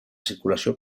circulació